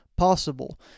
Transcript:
possible